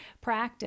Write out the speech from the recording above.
practice